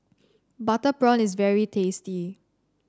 Butter Prawn is very tasty